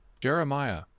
Jeremiah